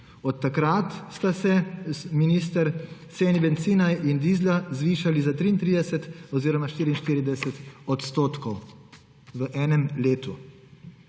Od takrat sta se, minister, ceni bencina in dizla zvišali za 33 % 44 % odstotkov v enem letu.